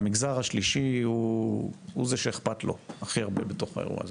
המגזר השלישי הוא זה שאכפת לו הכי הרבה בתוך האירוע הזה.